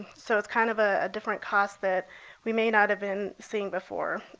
so it's kind of a different cost that we may not have been seeing before.